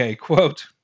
quote